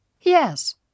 Yes